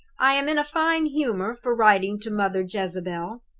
i am in a fine humor for writing to mother jezebel.